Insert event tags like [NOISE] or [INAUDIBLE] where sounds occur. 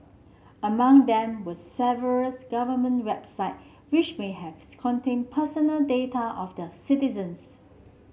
among them was several [UNINTELLIGIBLE] government website which may have contained personal data of their citizens